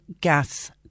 gas